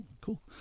cool